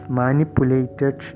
manipulated